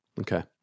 Okay